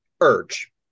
Urge